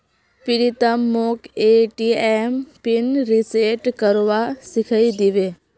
प्रीतम मोक ATM PIN reset करवा सिखइ दी बे